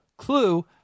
Clue